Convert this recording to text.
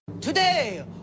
Today